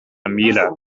mirror